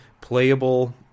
playable